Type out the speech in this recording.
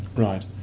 right.